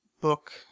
book